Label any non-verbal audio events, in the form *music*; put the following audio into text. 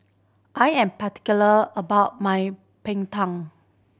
I am particular about my *unintelligible*